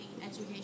education